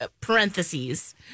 parentheses